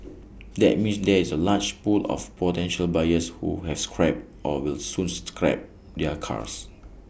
that means there is A large pool of potential buyers who have scrapped or will soon scrap their cars